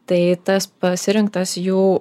tai tas pasirinktas jų